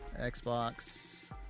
Xbox